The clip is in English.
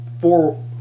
four